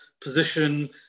position